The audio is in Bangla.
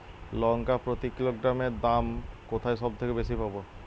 লঙ্কা প্রতি কিলোগ্রামে দাম কোথায় সব থেকে বেশি পাব?